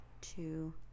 two